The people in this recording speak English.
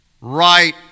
Right